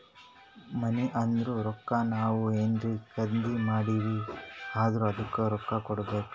ಮನಿ ಅಂದುರ್ ರೊಕ್ಕಾ ನಾವ್ ಏನ್ರೇ ಖರ್ದಿ ಮಾಡಿವ್ ಅಂದುರ್ ಅದ್ದುಕ ರೊಕ್ಕಾ ಕೊಡ್ಬೇಕ್